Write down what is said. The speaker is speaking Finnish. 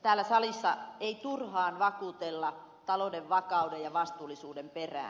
täällä salissa ei turhaan vakuutella talouden vakauden ja vastuullisuuden perään